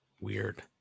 Weird